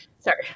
sorry